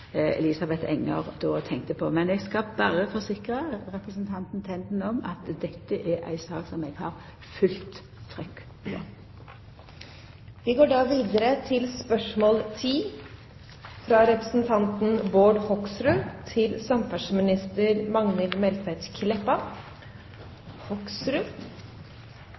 tenkte på. Men eg skal forsikra representanten Tenden om at dette er ei sak som eg har fullt trykk